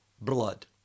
blood